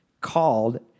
called